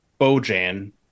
Bojan